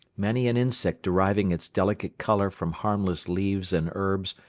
many an insect deriving its delicate colour from harmless leaves and herbs,